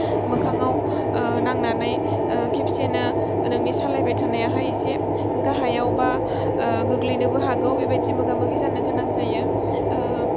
मोखांआव नांनानै खेबसेयैनो नोंनि सालायबाय थानायाहाय एसे गाहायाव बा गोग्लैनोबो हागौ बेबादि मोगा मोगि जानो गोनां जायो